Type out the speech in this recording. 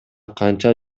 канча